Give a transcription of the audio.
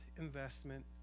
investment